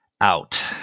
out